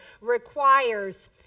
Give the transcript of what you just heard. requires